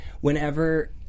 whenever